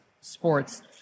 sports